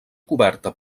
coberta